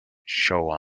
show